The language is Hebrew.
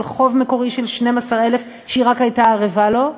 חוב מקורי של 12,000 שהיא רק הייתה ערבה לו,